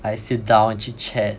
like sit down and chit chat